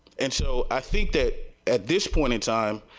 and so, i think that at this point in time,